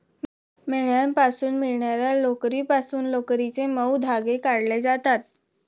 मेंढ्यांपासून मिळणार्या लोकरीपासून लोकरीचे मऊ धागे काढले जातात